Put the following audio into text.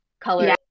color